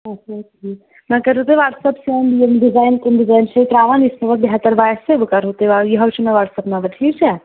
اچھا ٹھیٖک وۄنۍ کٔرۍ ہُہ وَٹسیپ سٮ۪نٛڈ یِم ڈِزایِن کَم ڈِزایِن چھِ أسۍ ترٛاوان یُس بہتر باسہِ بہٕ کرہو تۄہہِ یِہوٚے چھُ مےٚ وَٹسیپ نمبر ٹھیٖک چھا